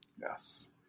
Yes